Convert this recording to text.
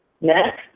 Next